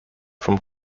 from